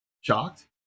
shocked